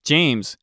James